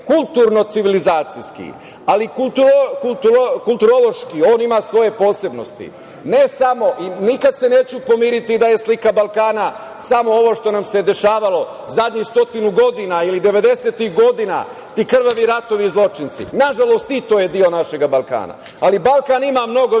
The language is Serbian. kulturno-civilizacijski, ali kulturološki on ima svoje posebnosti. Nikad se neću pomiriti da je slika Balkana samo ovo što nam se dešavalo zadnjih sto godina ili devedesetih godina, ti krvavi ratovi i zločinci. Nažalost, i to je deo našeg Balkana. Ali, Balkan ima mnogo više od